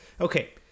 Okay